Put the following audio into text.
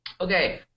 Okay